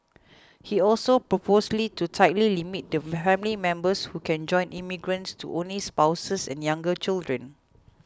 he also proposed to tightly limit the family members who can join immigrants to only spouses and younger children